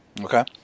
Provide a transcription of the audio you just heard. Okay